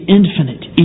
infinite